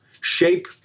shape